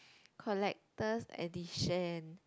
collector's edition